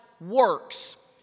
works